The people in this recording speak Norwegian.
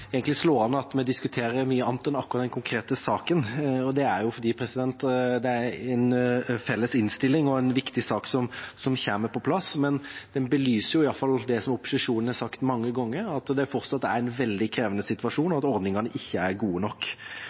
egentlig slående at vi diskuterer mye annet enn akkurat den konkrete saken. Det er fordi det er en felles innstilling og viktig sak som kommer på plass, men den belyser det opposisjonen har sagt mange ganger: Det er fortsatt en veldig krevende situasjon, og ordningene er ikke gode nok.